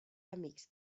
amics